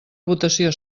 votació